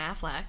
Affleck